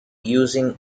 using